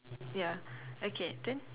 ya okay then